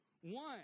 One